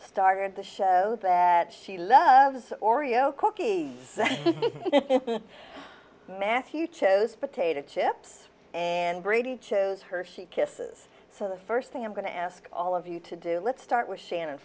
started the show that she loves oreo cookie matthew chose potato chips and brady chose hershey kisses so the first thing i'm going to ask all of you to do let's start with shannon